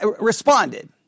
responded